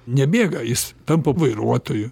nebėga jis tampa vairuotoju